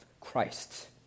Christ